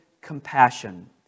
compassion